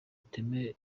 iteme